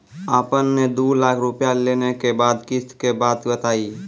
आपन ने दू लाख रुपिया लेने के बाद किस्त के बात बतायी?